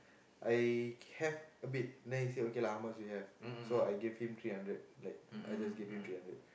I have a bit then he said okay lah how much do you have so I gave him three hundred like I just give him three hundred